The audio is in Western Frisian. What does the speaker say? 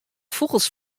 fûgels